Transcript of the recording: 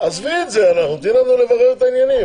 עזבי את זה, תני לנו לברר את העניינים.